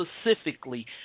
specifically